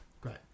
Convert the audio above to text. Great